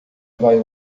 vai